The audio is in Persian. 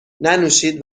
ننوشید